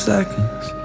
Seconds